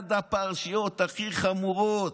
אחת הפרשיות הכי חמורות.